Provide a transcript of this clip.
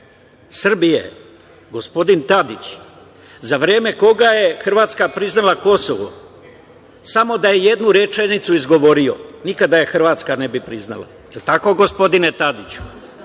Srbije, gospodin Tadić, za vreme koga je Hrvatska priznala Kosovo, samo da je jednu rečenicu izgovorio nikada je Hrvatska ne bi priznala. Da li je tako, gospodine Tadiću?